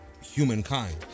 humankind